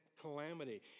calamity